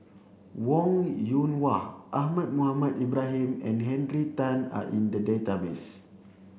Wong Yoon Wah Ahmad Mohamed Ibrahim and Henry Tan are in the database